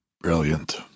Brilliant